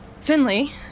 Finley